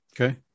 Okay